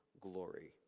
glory